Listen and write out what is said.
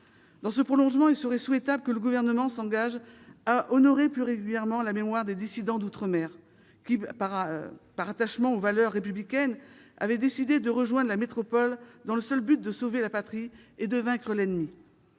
Dans ce prolongement, il serait souhaitable que le Gouvernement s'engage à honorer plus régulièrement la mémoire des dissidents d'outre-mer qui, par attachement aux valeurs républicaines, avaient décidé de rejoindre la métropole dans le seul but de sauver la patrie et de vaincre l'ennemi.